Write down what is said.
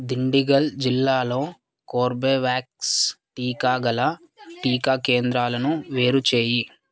దిండిగల్ జిల్లాలో కోర్బేవ్యాక్స్ టీకా గల టీకా కేంద్రాలను వేరు చేయి